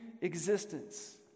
existence